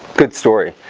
good story